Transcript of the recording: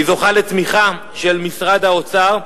היא זוכה לתמיכה של משרד האוצר,